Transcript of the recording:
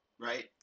right